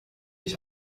ich